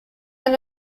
and